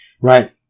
Right